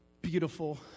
beautiful